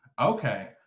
Okay